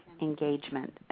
engagement